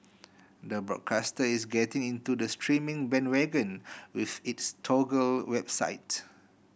the broadcaster is getting into the streaming bandwagon with its Toggle website